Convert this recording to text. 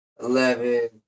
eleven